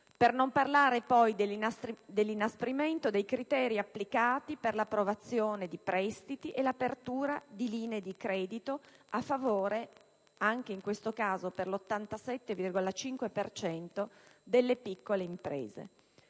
Non parlo poi dell'inasprimento dei criteri applicati per l'approvazione di prestiti e l'apertura di linee di credito a favore, per l'87,5 per cento dei casi, delle piccole imprese.